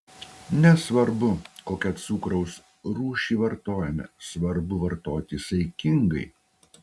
nesvarbu kokią cukraus rūšį vartojame svarbu vartoti saikingai